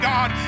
God